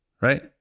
Right